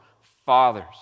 Fathers